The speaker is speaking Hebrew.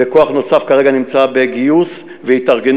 וכוח נוסף כרגע נמצא בגיוס והתארגנות.